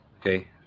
Okay